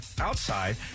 outside